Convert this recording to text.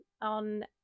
on